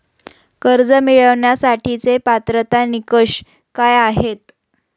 कर्ज मिळवण्यासाठीचे पात्रता निकष काय आहेत?